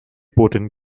potent